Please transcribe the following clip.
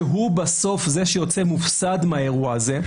שהוא בסוף זה שיוצא מופסד מהאירוע הזה,